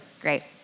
Great